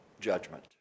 judgment